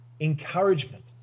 encouragement